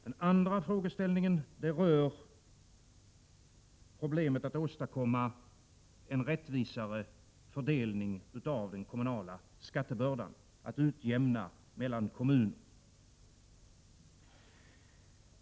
Den andra rör problemet att åstadkomma en rättvisare fördelning av den kommunala skattebördan, att utjämna mellan kommuner.